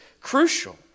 crucial